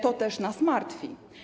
To też nas martwi.